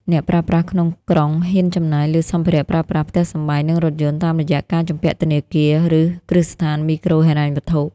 អ្នកប្រើប្រាស់ក្នុងក្រុងហ៊ានចំណាយលើសម្ភារៈប្រើប្រាស់ ផ្ទះសម្បែង និងរថយន្ត តាមរយៈការជំពាក់ធនាគារ ឬគ្រឹះស្ថានមីក្រូហិរញ្ញវត្ថុ។